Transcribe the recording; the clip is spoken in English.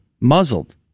muzzled